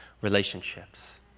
relationships